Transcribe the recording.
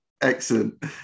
Excellent